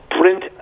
print